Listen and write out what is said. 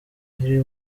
iri